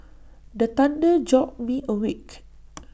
the thunder jolt me awake